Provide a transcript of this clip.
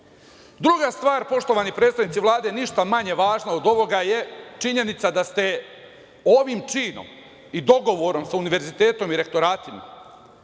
stvar poštovani predstavnici Vlade, ništa manje važna od ovoga je činjenica da ste ovim činom i dogovorom sa univerzitetom i rektoratima